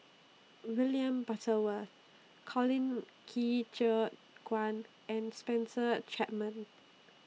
William Butterworth Colin Qi Zhe Quan and Spencer Chapman